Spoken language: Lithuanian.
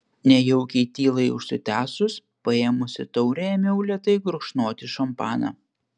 nejaukiai tylai užsitęsus paėmusi taurę ėmiau lėtai gurkšnoti šampaną